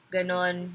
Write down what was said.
Ganon